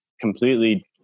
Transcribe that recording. completely